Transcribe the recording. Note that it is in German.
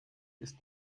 ist